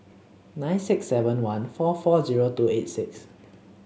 nine six seven one four four zero two eight six